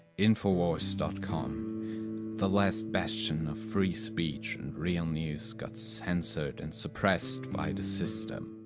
infowars dot com the last bastion of free speech and real news got censored and suppressed by the system!